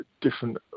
different